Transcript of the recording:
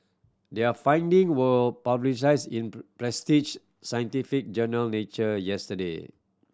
their finding were published in prestige scientific journal Nature yesterday